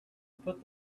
put